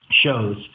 shows